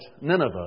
Nineveh